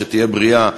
שתהיה בריאה,